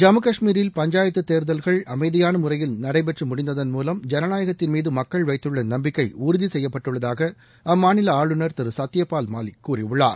ஜம்மு கஷ்மீரில் பஞ்சாயத்து தேர்தல்கள் அமைதியான முறையில் நடைபெற்று முடிந்ததன் மூலம் ஜனநாயகத்தின் மீது மக்கள் வைத்துள்ள நம்பிக்கை உறுதி செய்யப்பட்டுள்ளதாக அம்மாநில ஆளுநர் திரு சத்யபால் மாலிக் கூறியுள்ளார்